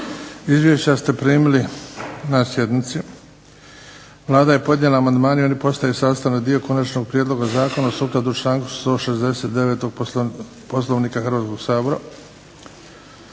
Izvješća ste primili na sjednici. Vlada je podnijela amandmane i oni postaju sastavni dio konačnog prijedloga zakona sukladno članku 169. Poslovnika Hrvatskog sabora.